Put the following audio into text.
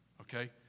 okay